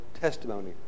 testimony